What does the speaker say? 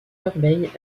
corbeille